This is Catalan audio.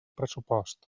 pressupost